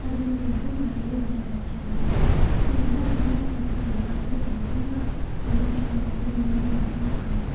அதேமாதிரி வந்துட்டு வயல்லையும் நல்ல விளைச்சல் வரும் அதனால கிராமப்புற மக்கள் எல்லாருமே ரொம்ப சந்தோஷமாகவும் நிம்மதியாகவும் இருக்காங்க